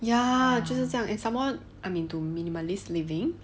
ya 就是这样 and somemore I'm into minimalist living